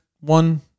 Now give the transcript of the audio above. one